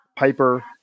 Piper